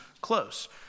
close